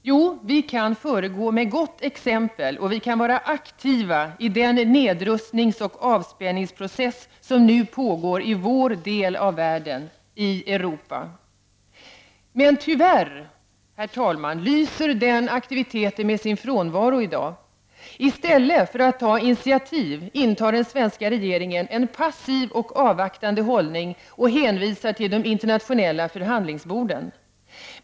Jo, vi kan föregå med gott exempel och vi kan vara aktiva i den nedrustningsoch avspänningsprocess som nu pågår i vår del av världen, i Europa. Tyvärr lyser den aktiviteten med sin frånvaro i dag. I stället för att ta initiativ intar den svenska regeringen en passiv och avvaktande hållning och hänvisar till de internationella förhandlingsborden.